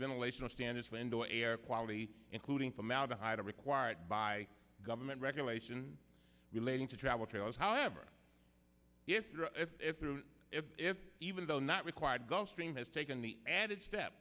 ventilation or standards window air quality including formaldehyde are required by government regulation relating to travel trailers however if if if if if even though not required gulfstream has taken the added step